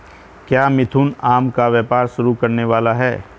क्या मिथुन आम का व्यापार शुरू करने वाला है?